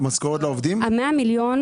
זה לאשר 1.5 מיליארד.